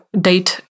date